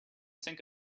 sink